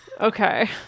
Okay